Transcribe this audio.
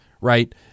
right